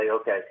Okay